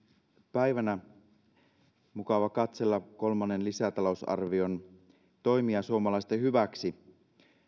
päivänä on mukava katsella kolmannen lisätalousarvion toimia suomalaisten hyväksi